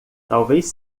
talvez